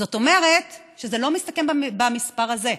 וזאת אומרת שזה לא מסתכם במספר הזה,